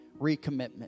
recommitment